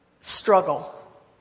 struggle